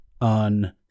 on